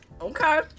Okay